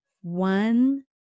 One